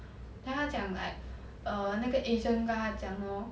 then 他讲 like err 那个 agent 跟他讲 hor